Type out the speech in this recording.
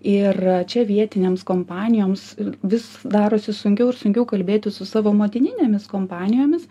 ir čia vietinėms kompanijoms vis darosi sunkiau ir sunkiau kalbėti su savo motininėmis kompanijomis